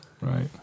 Right